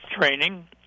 training